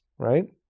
right